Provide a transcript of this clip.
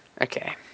Okay